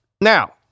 Now